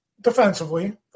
defensively